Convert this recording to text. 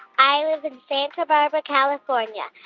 i live in santa barbara, calif. um yeah